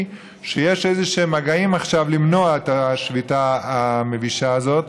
שיש איזשהם מגעים עכשיו למנוע את השביתה המבישה הזאת,